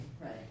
right